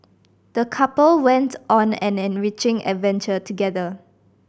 the couple went on an enriching adventure together